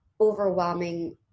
overwhelming